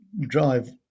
drive